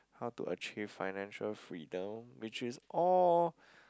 how to achieve financial freedom which is all